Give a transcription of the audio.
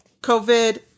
COVID